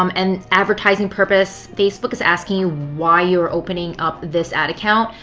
um and advertising purposes, facebook is asking you why you are opening up this ad account.